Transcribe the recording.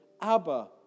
Abba